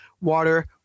water